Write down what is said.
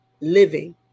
living